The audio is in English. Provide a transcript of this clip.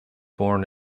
born